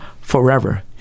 forever